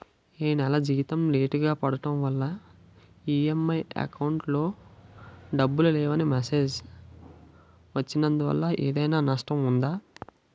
ఈ నెల జీతం లేటుగా పడటం వల్ల ఇ.ఎం.ఐ అకౌంట్ లో డబ్బులు లేవని మెసేజ్ వచ్చిందిదీనివల్ల ఏదైనా నష్టం ఉందా?